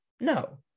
No